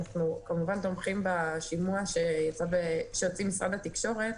אנחנו כמובן תומכים בשימוע שעושה משרד התקשורת.